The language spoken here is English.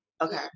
Okay